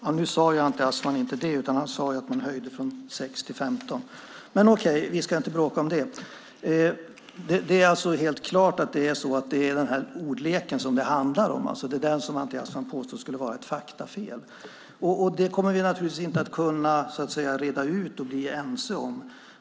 Herr talman! Nu sade Anti Avsan inte det, utan han sade att man höjde från 6 till 15, men vi ska inte bråka om det. Det är helt klart att det handlar om den här ordleken. Det är den som Anti Avsan påstår skulle vara ett faktafel. Det kommer vi naturligtvis inte att kunna reda ut och bli ense om.